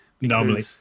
Normally